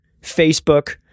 Facebook